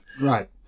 Right